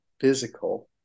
physical